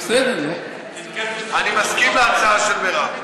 אני מסכים להצעה של מרב.